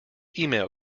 email